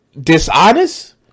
dishonest